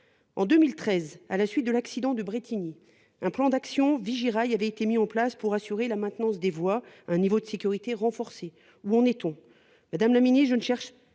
En 2013, à la suite de l'accident de Brétigny-sur-Orge, un plan d'action, Vigirail, avait été mis en place pour assurer la maintenance des voies et un niveau de sécurité renforcé. Où en est-on ?